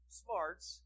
smarts